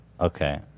Okay